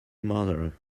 mother